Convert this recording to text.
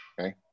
Okay